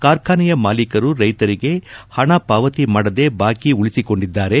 ಕಾರ್ಖನೆಯ ಮಾಲೀಕರು ರೈತರಿಗೆ ಹಣ ಪಾವತಿ ಮಾಡದೆ ಬಾಕಿ ಉಳಿಸಿಕೊಂಡಿದ್ದಾರೆ